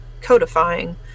codifying